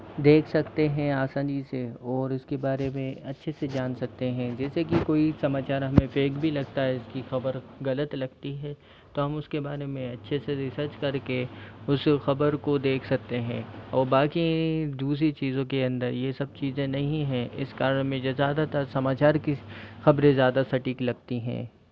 देख सकते हैं आसानी से और इसके बारे में अच्छे से जान सकते हैं जैसे कि कोई समाचार हमें फेक भी लगता है कि खबर गलत लगती है तो हम उसके बारे में अच्छे से रिसर्च करके उस खबर को देख सकते है और बाकी दूसरी चीज़ों के अंदर ये सब चीज़ें नहीं हैं इस कारण मैं जो ज़्यादातर समाचार कि खबरें ज़्यादातर सटीक लगती हैं